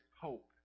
hope